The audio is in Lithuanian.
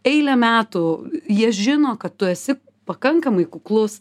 eilę metų jie žino kad tu esi pakankamai kuklus